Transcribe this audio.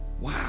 Wow